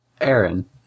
Aaron